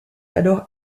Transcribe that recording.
alors